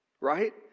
right